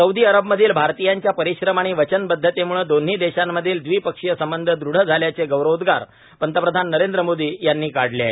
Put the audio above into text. Saudi अरबमधील भारतीयांच्या परिश्रम आणि वचनबद्वतेमुळे दोन्ही देशांमधील द्विपक्षीय संबंध ृढ झाल्याचे गौरवोद्रार पंतप्रधान नरेंद्र मोदी यांनी काढले आहेत